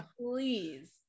please